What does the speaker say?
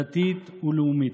דתית ולאומית.